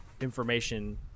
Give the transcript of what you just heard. information